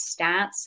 Stats